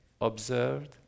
observed